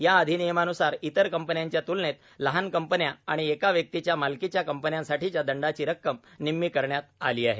या अधिनियमान्सार इतर कंपन्यांच्या त्लनेत लहान कंपन्या आणि एका व्यक्तीच्या मालकीच्या कंपन्यांसाठीच्या दंडाची रक्कम निम्मी करण्यात आली आहे